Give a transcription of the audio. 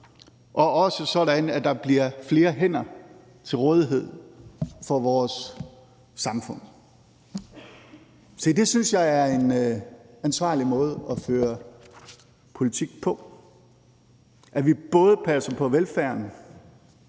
og også sådan at der bliver flere hænder til rådighed for vores samfund. Se, det synes jeg er en ansvarlig måde at føre politik på – at vi både passer på velfærden,